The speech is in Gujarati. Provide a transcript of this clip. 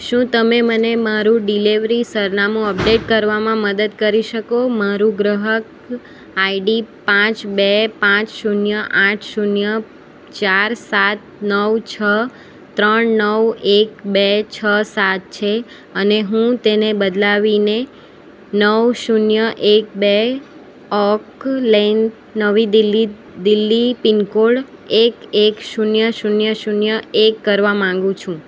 શું તમે મને મારું ડિલેવરી સરનામું અપડેટ કરવામાં મદદ કરી શકો મારું ગ્રાહક આઈડી પાંચ બે પાંચ શૂન્ય આઠ શૂન્ય ચાર સાત નવ છ ત્રણ નવ એક બે છ સાત છે અને હું તેને બદલાવીને નવ શૂન્ય એક બે ઓકલેન નવી દિલ્હી દિલ્હી પિનકોડ એક એક શૂન્ય શૂન્ય શૂન્ય એક કરવા માગું છું